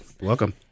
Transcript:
welcome